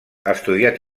estudiat